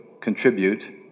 contribute